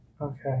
Okay